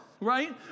right